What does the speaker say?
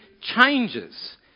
changes